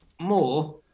more